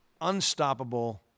unstoppable